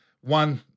one